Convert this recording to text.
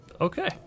Okay